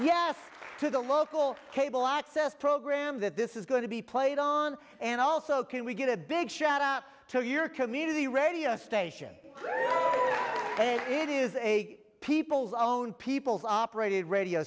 yes to the local cable access program that this is going to be played on and also can we get a big shout out to your community radio station it is a people's own people's operated radio